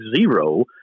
zero